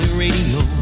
radio